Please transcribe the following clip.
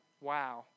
wow